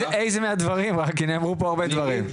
איזו תמונה מצטיירת לנגד עינינו ואיך אנחנו רואים ומטפלים בדברים הללו.